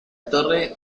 torre